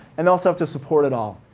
and also to support it all.